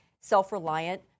self-reliant